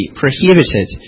prohibited